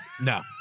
No